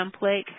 template